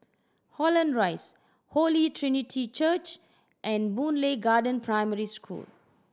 Holland Rise Holy Trinity Church and Boon Lay Garden Primary School